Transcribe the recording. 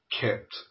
kept